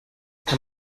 kann